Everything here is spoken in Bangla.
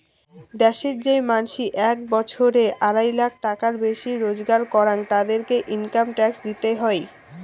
দ্যাশের যেই মানসি এক বছরে আড়াই লাখ টাকার বেশি রোজগার করাং, তাদেরকে ইনকাম ট্যাক্স দিতে হই